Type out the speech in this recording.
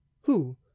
Who